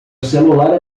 celular